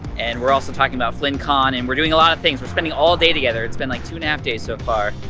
and we're also talking about flynncon and we're doing a lot of things, we're spending all day together, it's been like two-and-a-half days so far.